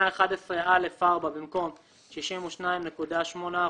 11(א)(4), במקום "62.8%"